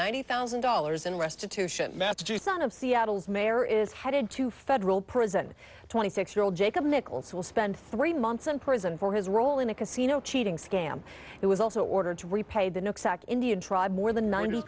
ninety thousand dollars in restitution son of seattle's mayor is headed to federal prison twenty six year old jacob nichols will spend three months in prison for his role in a casino cheating scam it was also ordered to repay the exact indian tribe more than ninety